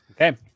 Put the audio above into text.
Okay